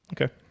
Okay